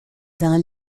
dans